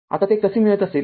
आताते कसे मिळत आहेत